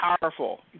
powerful